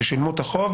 ששילמו את החוב